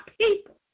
people